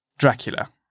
Dracula